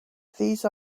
these